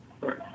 right